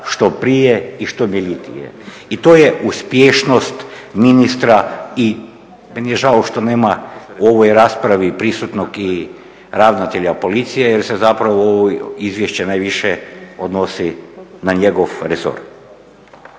što prije i što temeljitije. I to je uspješnost ministra i meni je žao što nema u ovoj raspravi prisutnog i ravnatelja policije jer se zapravo ovo izvješće najviše odnosi na njegov resor.